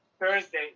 Thursday